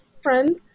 friend